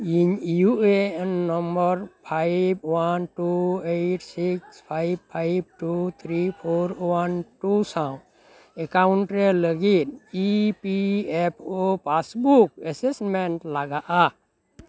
ᱤᱧ U A N number five one two eight six five five two three four one two ᱥᱟᱣ ᱮᱠᱟᱣᱩᱱᱴᱨᱮ ᱞᱟᱹᱜᱤᱫ E P F O passbook assessment ᱞᱟᱜᱟᱜᱼᱟ